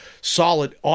solid